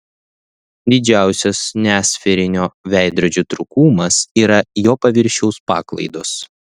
didžiausias nesferinio veidrodžio trūkumas yra jo paviršiaus paklaidos